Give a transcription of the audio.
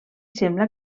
sembla